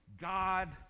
god